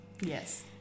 yes